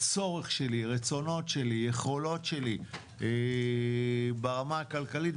הצורך שלי, רצונות שלי, יכולות שלי ברמה הכלכלית.